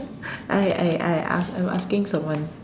I I I I I'm asking someone